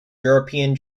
european